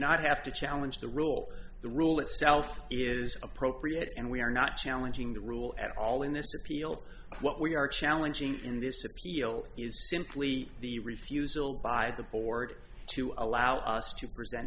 not have to challenge the rule the rule itself is appropriate and we are not challenging the rule at all in this appeal for what we are challenging in this appeal is simply the refusal by the board to allow us to present